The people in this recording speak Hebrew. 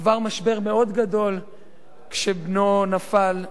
עבר משבר מאוד גדול כשבנו נפל.